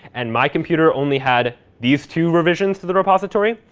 and my computer only had these two revisions to the repository,